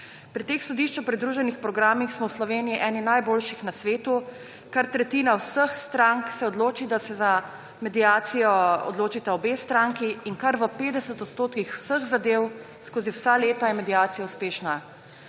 Pri teh sodišču pridruženih programih smo v Sloveniji eni najboljših na svetu. Kar tretjina vseh strank se odloči, da se za mediacijo odločita obe stranki, in kar v 50 % vseh zadev skozi vsa leta je mediacija uspešna.